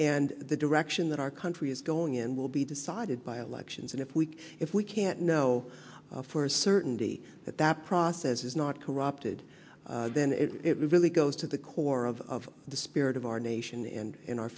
and the direction that our country is going in will be decided by elections and if we if we can't know for certainty that that process is not corrupted then it really goes to the core of the spirit of our nation and in our